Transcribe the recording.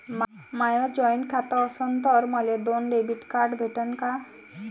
माय joint खातं असन तर मले दोन डेबिट कार्ड भेटन का?